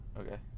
Okay